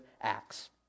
acts